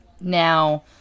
Now